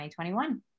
2021